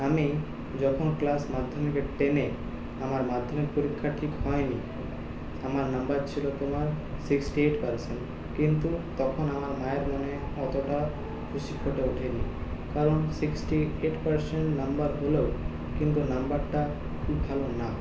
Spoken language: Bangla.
আমি যখন ক্লাস মাধ্যমিকে টেনে আমার মাধ্যমিক পরীক্ষা ঠিক হয়নি আমার নম্বর ছিল তোমার সিক্সটি এইট পার্সেন্ট কিন্তু তখন আমার মায়ের মনে অতোটা খুশি ফুটে ওঠেনি কারণ সিক্সটি এইট পার্সেন্ট নম্বর হলেও কিন্তু নম্বরটা খুব ভালো না